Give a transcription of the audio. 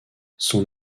son